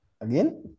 Again